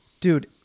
Dude